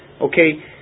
Okay